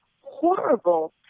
horrible